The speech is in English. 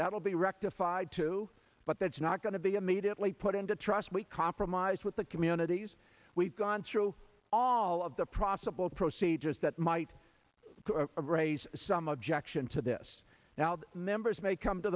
will be rectified too but that's not going to be immediately put into trust we compromised with the communities we've gone through all of the profitable procedures that might raise some objection to this now members may come to